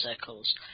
circles